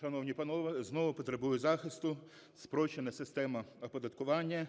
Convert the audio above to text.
Шановні панове, знову потребує захисту спрощена система оподаткування.